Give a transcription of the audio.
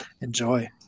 enjoy